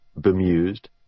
bemused